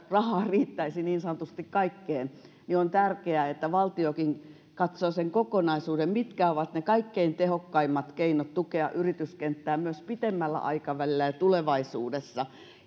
rahaa riittäisi niin sanotusti kaikkeen on tärkeää että valtiokin katsoo sen kokonaisuuden mitkä ovat ne kaikkein tehokkaimmat keinot tukea yrityskenttää myös pitemmällä aikavälillä ja tulevaisuudessa